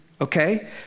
Okay